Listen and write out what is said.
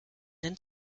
den